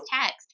text